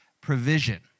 provision